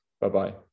Bye-bye